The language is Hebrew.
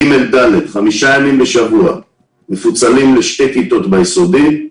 ג'-ד' מפוצלים 5 ימים בשבוע לשתי כיתות ביסודי.